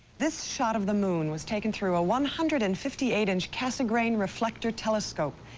this shot of the moon was taken through a one hundred and fifty eight inch cassegrain reflector telescope.